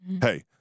Hey